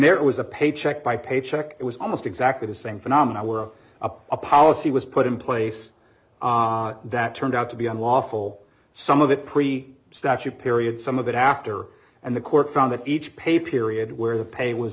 there was a paycheck by paycheck it was almost exactly the same phenomena were a policy was put in place that turned out to be unlawful some of it pretty statute period some of it after and the court found that each pay period where the pay was